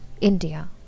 India